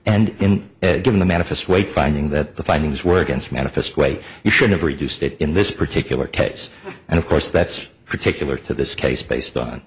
e and in given the manifest weight finding that the findings were against manifest way you should have reduced it in this particular case and of course that's particular to this case based on